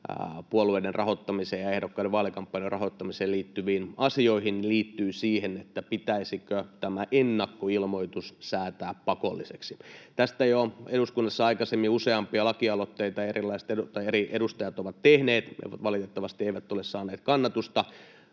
puolueiden rahoittamiseen ja ehdokkaiden vaalikampanjan rahoittamiseen liittyviin asioihin, liittyy siihen, pitäisikö tämä ennakkoilmoitus säätää pakolliseksi. Tästä jo eduskunnassa aikaisemmin useampia lakialoitteita eri edustajat ovat tehneet, mutta valitettavasti ne eivät ole saaneet kannatusta.